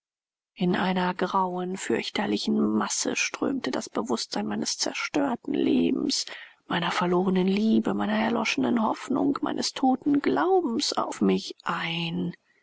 in einer grauen fürchterlichen masse strömte das bewußtsein meines zerstörten lebens meiner verlorenen liebe meiner erloschenen hoffnung meines toten glaubens auf mich ein